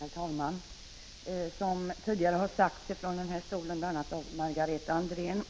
Herr talman! Som tidigare har sagts från den här talarstolen, bl.a. av Margareta Andrén,